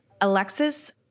Alexis